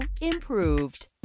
improved